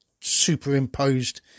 superimposed